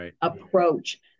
approach